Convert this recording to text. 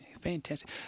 Fantastic